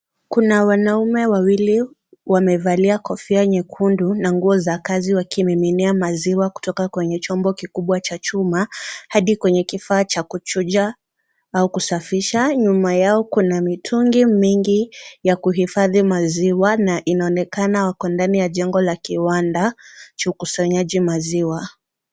Kuna wanaume wawili wamevalia kofia nyekundu na nguo za kazi wakimiminia maziwa kutoka kwenye chombo kikubwa hadi kwenye kifaa cha kuchuja au kusafisha. Nyuma yao kuna mitungi mingi ya kuhifadhi maziwa na inaonekana wako ndani ya jengo la kiwanda cha ukusanyaji wa maziwa.